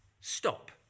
stop